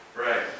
Right